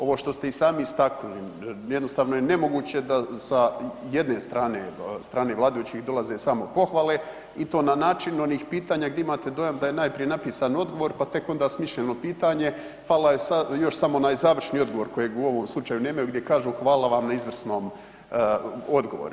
Ovo što ste i sami istaknuli jednostavno je nemoguće da sa jedne strane, strane vladajućih dolaze samo pohvale i to na način onih pitanja gdje imate dojam da je najprije napisan odgovor pa tek onda smišljeno pitanje falila je još samo onaj završni odgovor kojeg u ovom slučaju nemaju gdje kažu hvala vam na izvrsnom odgovoru.